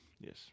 Yes